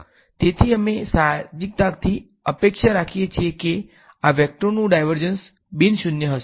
તેથી અમે સાહજિકતાથી અપેક્ષા રાખીએ છીએ કે આ વેક્ટરનું ડાયવર્ઝન્સ બિન શૂન્ય હશે